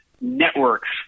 networks